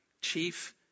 chief